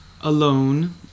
alone